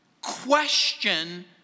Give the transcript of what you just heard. question